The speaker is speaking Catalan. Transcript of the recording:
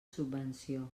subvenció